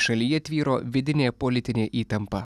šalyje tvyro vidinė politinė įtampa